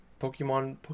pokemon